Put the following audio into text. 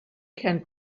can